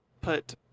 put